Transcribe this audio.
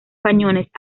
cañones